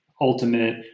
ultimate